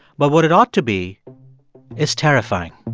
but what it ought to be is terrifying.